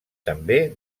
també